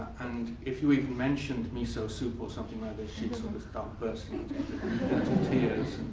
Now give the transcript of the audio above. and if you even mentioned miso soup or something like this, she'd sort of start bursting into tears.